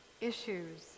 issues